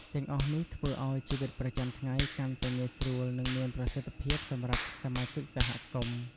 ទាំងអស់នេះធ្វើឲ្យជីវិតប្រចាំថ្ងៃកាន់តែងាយស្រួល និងមានប្រសិទ្ធភាពសម្រាប់សមាជិកសហគមន៍។